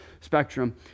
spectrum